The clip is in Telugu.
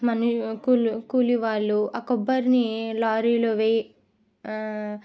మను కూలి కూలి వాళ్ళు ఆ కొబ్బరిని లారీలో వెయ్